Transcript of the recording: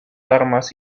armas